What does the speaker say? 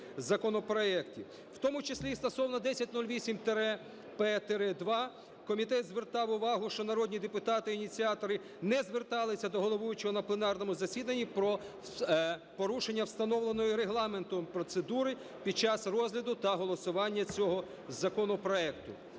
В тому числі і стосовно 1008-П2 комітет звертав увагу, що народні депутати-ініціатори не звертались до головуючого на пленарному засіданні про порушення встановленої Регламентом процедури під час розгляду та голосування цього законопроекту.